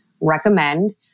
recommend